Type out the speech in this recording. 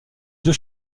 deux